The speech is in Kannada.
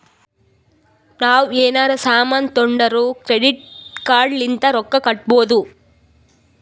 ನಾವ್ ಎನಾರೇ ಸಾಮಾನ್ ತೊಂಡುರ್ ಕ್ರೆಡಿಟ್ ಕಾರ್ಡ್ ಲಿಂತ್ ರೊಕ್ಕಾ ಕಟ್ಟಬೋದ್